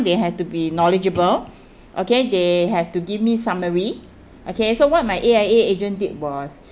they have to be knowledgeable okay they have to give me summary okay so what my A_I_A agent did was